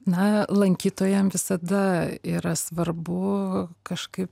na lankytojam visada yra svarbu kažkaip